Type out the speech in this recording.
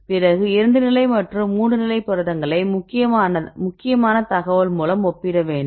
பிறகு 2 நிலை மற்றும் 3 நிலை புரதங்களை முக்கியமான தகவல் மூலம் ஒப்பிட வேண்டும்